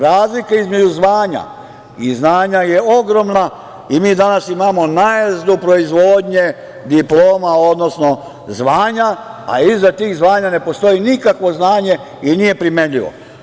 Razlika između zvanja i znanja je ogromna i mi danas imamo najezdu proizvodnje diploma, odnosno zvanja, a iza tih zvanja ne postoji nikakvo znanje i nije primenljivo.